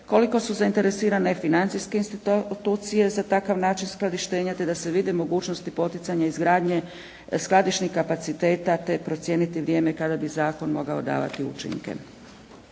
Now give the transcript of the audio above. koliko su zainteresirane financijske institucije za takav način skladištenja te da se vide mogućnosti poticanja izgradnje skladišnih kapaciteta te procijeniti vrijeme kada bi zakon mogao davati učinke.